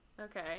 Okay